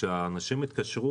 כאשר האנשים התקשרו